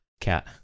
cat